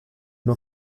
nur